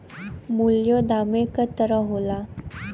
मूल्यों दामे क तरह होला